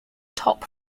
top